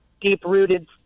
deep-rooted